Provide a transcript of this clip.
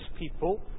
people